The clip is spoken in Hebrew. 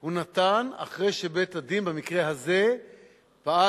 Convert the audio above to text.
הוא נתן אחרי שבית-הדין במקרה הזה פעל.